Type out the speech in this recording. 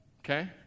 Okay